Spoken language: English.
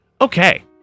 Okay